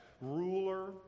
ruler